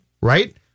right